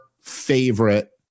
favorite